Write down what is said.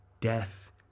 death